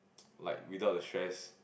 like without the stress